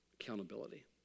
Accountability